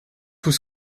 tout